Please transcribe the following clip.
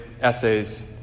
essays